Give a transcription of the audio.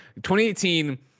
2018